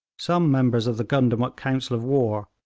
some members of the gundamuk council of war,